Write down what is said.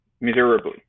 miserably